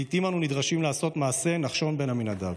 לעיתים אנו נדרשים לעשות מעשה נחשון בן עמינדב.